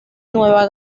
nueva